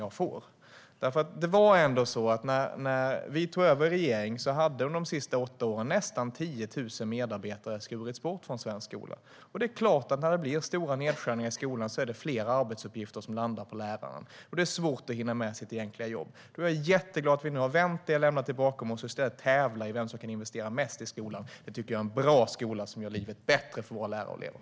När vi tog över hade nästan 10 000 medarbetare skurits bort från svensk skola under de sista åtta åren. Det är klart att fler arbetsuppgifter landar på läraren när det blir stora nedskärningar i skolan. Och då blir det svårt för läraren att hinna med sitt egentliga jobb. Jag är jätteglad att vi nu har vänt den utvecklingen, lämnat det bakom oss, och i stället tävlar om vem som kan investera mest i skolan. Det ska vara en bra skola, som gör livet bättre för våra lärare och elever.